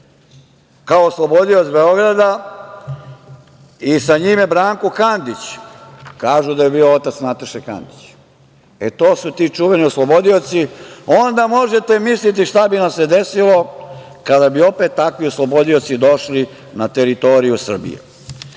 kao oslobodioc Beograda i sa njime Branko Kandić, kažu da je bio otac Nataše Kandić. E to su ti čuveni oslobodioci, onda možete mislite šta bi nam se desilo kada bi opet takvi oslobodioci došli na teritoriju Srbije. Dame